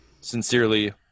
sincerely